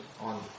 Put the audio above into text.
on